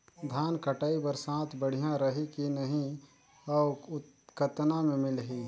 धान कटाई बर साथ बढ़िया रही की नहीं अउ कतना मे मिलही?